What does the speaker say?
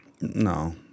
No